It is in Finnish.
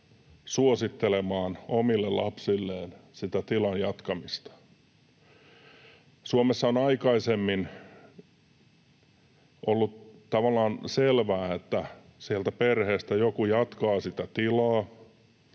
suosittelemaan omille lapsilleen sitä tilan jatkamista. Suomessa on aikaisemmin ollut tavallaan selvää, että sieltä perheestä joku jatkaa sitä tilaa,